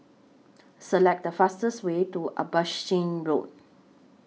Select The fastest Way to Abbotsingh Road